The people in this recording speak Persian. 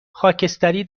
خاکستری